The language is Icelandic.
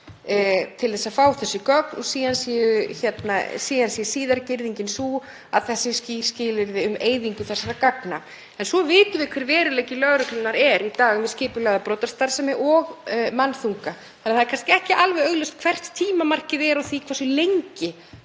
til að fá þessi gögn og síðan sé síðari girðingin sú að það séu skýr skilyrði um eyðingu gagnanna. Svo vitum við hver veruleiki lögreglunnar er í dag með skipulagða brotastarfsemi og mannþunga. Það er því kannski ekki alveg augljóst hvert tímamarkið er á því hversu lengi